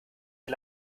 der